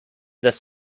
their